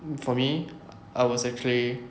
um for me I was actually